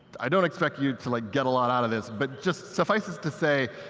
i don't expect you to like get a lot out of this, but just suffice this to say,